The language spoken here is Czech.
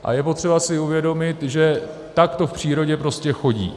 A je potřeba si uvědomit, že tak to v přírodě prostě chodí.